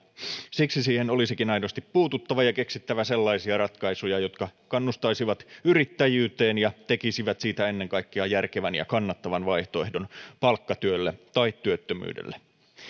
siksi siihen olisikin aidosti puututtava ja olisi keksittävä sellaisia ratkaisuja jotka kannustaisivat yrittäjyyteen ja tekisivät siitä ennen kaikkea järkevän ja kannattavan vaihtoehdon palkkatyölle tai työttömyydelle yksi